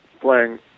playing